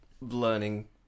learning